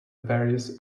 various